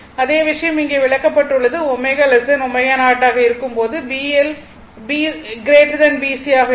அதே விஷயம் இங்கே விளக்கப்பட்டுள்ளது ω ω0 ஆக இருக்கும் போது BL BC ஆக இருக்கும்